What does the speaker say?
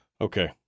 Okay